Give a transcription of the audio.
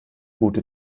route